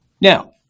Now